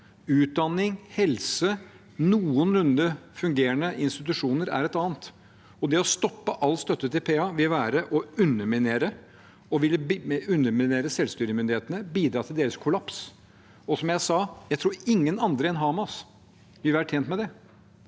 Utdanning, helse og noenlunde fungerende institusjoner er et annet. Det å stoppe all støtte til PA vil være å underminere selvstyremyndighetene og bidra til deres kollaps. Som jeg sa: Jeg tror ingen andre enn Hamas vil være tjent med det.